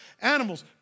Animals